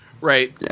Right